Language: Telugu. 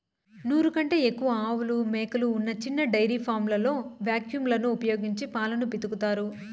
నూరు కంటే ఎక్కువ ఆవులు, మేకలు ఉన్న చిన్న డెయిరీ ఫామ్లలో వాక్యూమ్ లను ఉపయోగించి పాలను పితుకుతారు